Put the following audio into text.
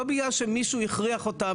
לא בגלל שמישהו הכריח אותם,